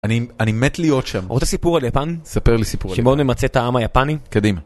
אני אני מת להיות שם. עוד סיפור על יפן? ספר לי סיפור על יפן. שמאוד ממצא את העם היפני? קדימה.